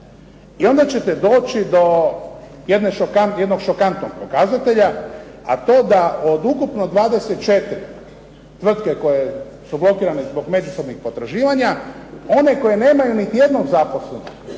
I onda ćete doći do jednog šokantnog pokazatelja, a to da od ukupno 24 tvrtke koje su blokirane zbog međusobnih potraživanja, one koje nemaju niti jednog zaposlenog.